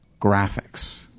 graphics